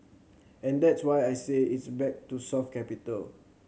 and that's why I say it's back to soft capital